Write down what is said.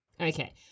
Okay